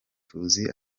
tuzi